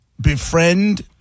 befriend